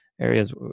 areas